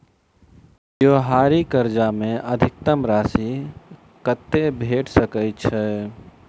त्योहारी कर्जा मे अधिकतम राशि कत्ते भेट सकय छई?